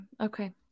okay